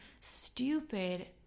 stupid